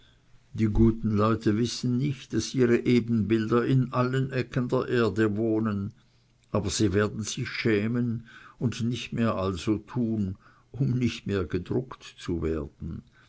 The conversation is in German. die guten leute wissen nicht daß ihre ebenbilder in allen ecken der erde wohnen aber sie werden sich schämen und nicht mehr also tun um nicht mehr gedruckt zu werden